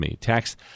tax